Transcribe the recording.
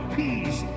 peace